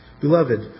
Beloved